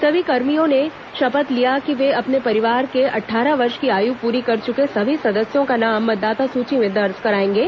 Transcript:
सभी कर्मियों ने शपथ लिया कि वे अपने परिवार के अट्ठारह वर्ष की आयु प्ररी कर चुके सभी सदस्यों का नाम मतदाता सूची में दर्ज कराएंगे